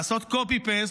לעשות copy-paste,